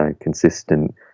consistent